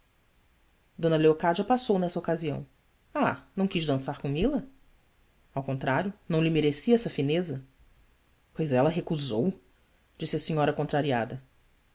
d leocádia passou nessa ocasião h ão quis dançar com ila o contrário não lhe mereci essa fineza ois ela recusou disse a senhora contrariada